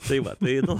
tai va tai nu